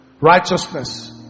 Righteousness